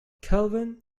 kelvin